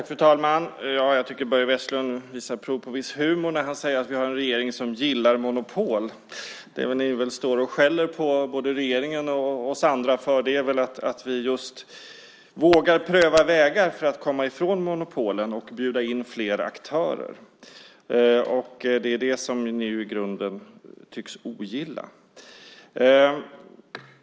Fru talman! Jag tycker att Börje Vestlund visar prov på viss humor när han säger att vi har en regering som gillar monopol. Det som ni står och skäller på både regeringen och oss andra för är väl just att vi vågar pröva vägar för att komma ifrån monopolen och bjuda in flera aktörer. Det är det som ni i grunden tycks ogilla.